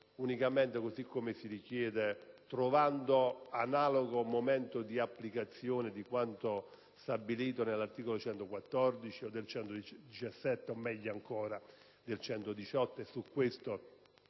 unicamente, così come si richiede, trovando analogo momento di applicazione per quanto stabilito negli articoli 114, 117 o, meglio ancora, 118